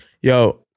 yo